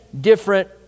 different